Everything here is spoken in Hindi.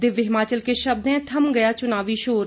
दिव्य हिमाचल के शब्द हैं थम गया चुनावी शोर